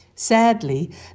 Sadly